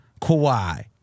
Kawhi